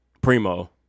Primo